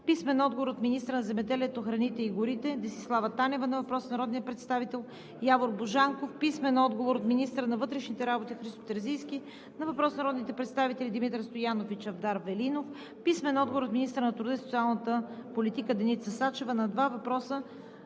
Иванов; - министъра на земеделието, храните и горите Десислава Танева на въпрос от народния представител Явор Божанков; - министъра на вътрешните работи Христо Терзийски на въпрос от народните представители Димитър Стоянов и Чавдар Велинов; - министъра на труда и социалната политика Деница Сачева на два въпроса